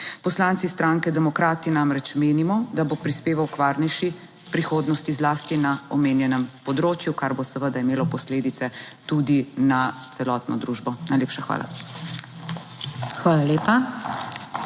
Poslanci stranke Demokrati namreč menimo, da bo prispeval k varnejši prihodnosti zlasti na omenjenem področju, kar bo seveda imelo posledice tudi na celotno družbo. Najlepša hvala.